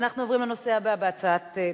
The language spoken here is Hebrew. אנחנו עוברים לנושא הבא בסדר-היום: